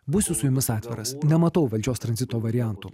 būsiu su jumis atviras nematau valdžios tranzito variantų